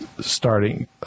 starting